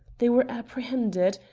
they were apprehended,